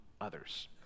others